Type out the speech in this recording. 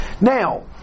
Now